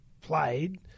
played